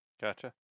Gotcha